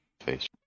face